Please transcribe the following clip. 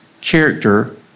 character